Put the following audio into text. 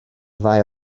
ddau